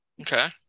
Okay